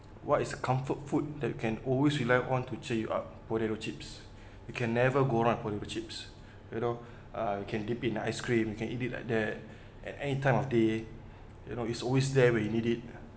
what is the comfort food that you can always rely on to cheer you up potato chips you can never go wrong with potato chips you know uh you can dip in ice cream you can eat it like that at any time of day you know it's always there when you need it